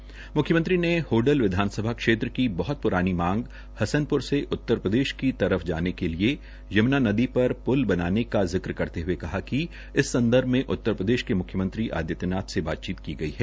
म्ख्यमंत्री ने होडल विधानसभा क्षेत्र की बहत प्रानी मांग हसनप्र से उत्तरप्रदेश की तरफ जाने के लिए यम्ना नदी पर प्ल बनाने का जिक्र करते हये कहा कि इस संर्दभ में उत्तरप्रदेश के मुख्यमंत्री आदित्यनाथ से बातचीत की गई है